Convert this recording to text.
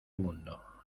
mundo